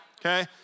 Okay